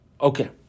Okay